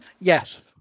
Yes